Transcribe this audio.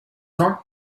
not